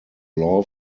law